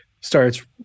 starts